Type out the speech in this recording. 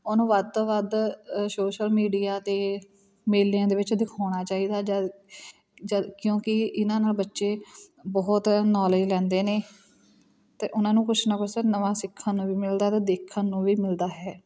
ਉਹਨੂੰ ਵੱਧ ਤੋਂ ਵੱਧ ਸੋਸ਼ਲ ਮੀਡੀਆ 'ਤੇ ਮੇਲਿਆਂ ਦੇ ਵਿੱਚ ਦਿਖਾਉਣਾ ਚਾਹੀਦਾ ਜਦ ਜਦ ਕਿਉਂਕਿ ਇਹਨਾਂ ਨਾਲ ਬੱਚੇ ਬਹੁਤ ਨੌਲੇਜ ਲੈਂਦੇ ਨੇ ਅਤੇ ਉਹਨਾਂ ਨੂੰ ਕੁਛ ਨਾ ਕੁਛ ਨਵਾਂ ਸਿੱਖਣ ਨੂੰ ਵੀ ਮਿਲਦਾ ਅਤੇ ਦੇਖਣ ਨੂੰ ਵੀ ਮਿਲਦਾ ਹੈ